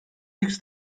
lüks